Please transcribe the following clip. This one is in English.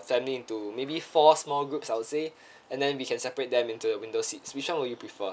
family into maybe four small groups I'll say and then we can separate them into their window seats which one will you prefer